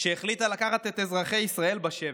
שהחליטה לקחת את אזרחי ישראל בשבי.